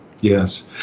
Yes